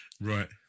Right